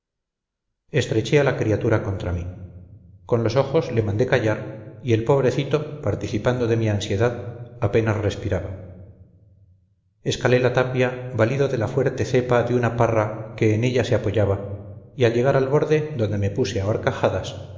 estreché a la criatura contra mí con los ojos le mandé callar y el pobrecito participando de mi ansiedad apenas respiraba escalé la tapia valido de la fuerte cepa de una parra que en ella se apoyaba y al llegar al borde donde me puse a